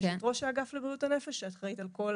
יש את ראש האגף לבריאות הנפש שאחריות על כל